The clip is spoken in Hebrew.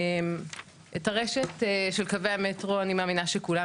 את הרשת של קווי המטרו אני מאמינה שכולם